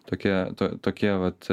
tokie tokie vat